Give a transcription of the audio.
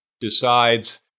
decides